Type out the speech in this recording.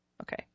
Okay